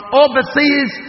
overseas